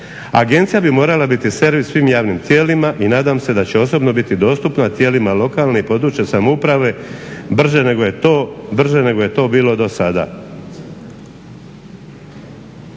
Agencija bi morala biti servis svim javnim tijelima i nadam se da će osobno biti dostupna tijelima lokalne i područne samouprave brže nego je to bilo do sada.